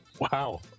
Wow